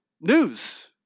news